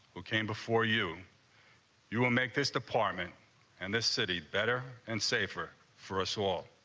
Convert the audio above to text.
who came before you you will make this department and this city better and safer for a sol.